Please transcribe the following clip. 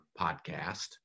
podcast